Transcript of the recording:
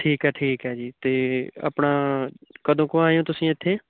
ਠੀਕ ਹੈ ਠੀਕ ਹੈ ਜੀ ਅਤੇ ਆਪਣਾ ਕਦੋਂ ਕੁ ਆਏ ਓਂ ਤੁਸੀਂ ਇੱਥੇ